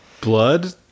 Blood